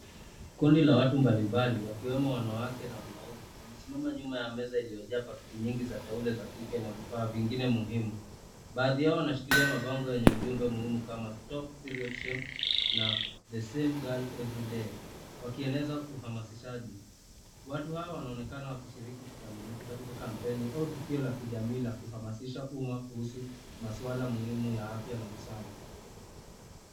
Kundi la watu mbalimbali wakiwemo wanawake na wanaume Wamesimama nyuma ya meza iliyo jaa paketi nyingi za taulo za kike na vifaa vingine muhimu. Baaadhi yao wanashikilia mabango muhimu iliyoandikwa (stop period shame) na (the same girl everyday) wakieneza uhamasishaji. Watu Hao wanaonekana wakishiriki kikamilifu katika kampeni au tukio la kijamii la kuhamasisha uma kuhusu maswala muhimu ya afya na usawa.